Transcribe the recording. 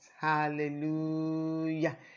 hallelujah